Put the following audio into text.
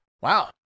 Wow